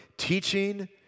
teaching